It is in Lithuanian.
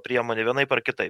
priemonė vienaip ar kitaip